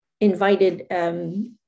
invited